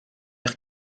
eich